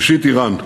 ראשית, איראן.